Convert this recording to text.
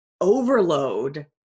overload